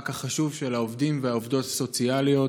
החשוב של העובדים והעובדות הסוציאליות,